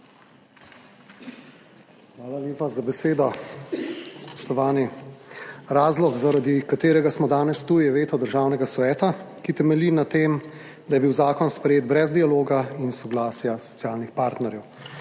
Hvala lepa za besedo. Spoštovani! Razlog, zaradi katerega smo danes tu, je veto Državnega sveta, ki temelji na tem, da je bil zakon sprejet brez dialoga in soglasja socialnih partnerjev.